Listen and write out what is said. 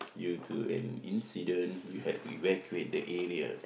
due to an incident you had to evacuate the area